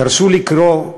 תרשו לקרוא,